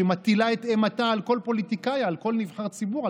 שמטילה את אימתה על כל פוליטיקאי ועל כל נבחר ציבור,